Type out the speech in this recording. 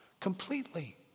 completely